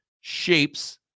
shapes